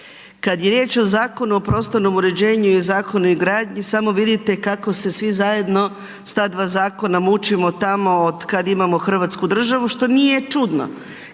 Kada je riječ o Zakonu o prostornom uređenju i Zakona o gradnji, samo vidite kako se svi zajedno s ta dva zakona mučimo tamo od kada imamo Hrvatsku državu, što nije čutno.